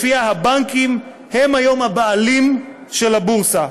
שהבנקים הם היום הבעלים של הבורסה.